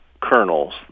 kernels